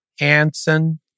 Anson